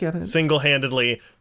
single-handedly